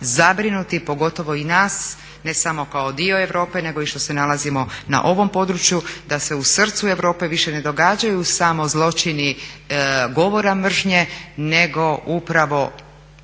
zabrinuti pogotovo i nas, ne samo kao dio Europe, nego i što se nalazimo na ovom području da se u srcu Europe više ne događaju samo zločini govora mržnje, nego upravo